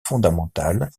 fondamentale